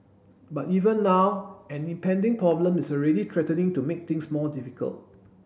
but even now an impending problem is already threatening to make things more difficult